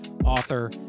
author